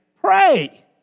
pray